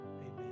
Amen